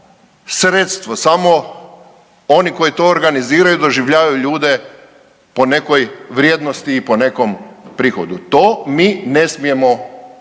sredstvo, samo oni koji to organiziraju doživljavaju ljude po nekoj vrijednosti i po nekom prihodu. To mi ne smijemo dozvolit,